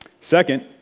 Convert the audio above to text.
Second